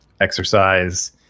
exercise